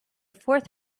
fourth